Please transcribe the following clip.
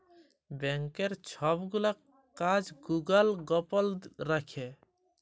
ব্যাংকের ছব গুলা কাজ গুলা গপল রাখ্যে